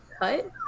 cut